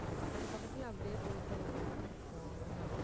அது பக்கத்து பக்கத்தில் அப்படியே போயிட்டு வந்துட்டுருப்போம் அவ்வளோ தான்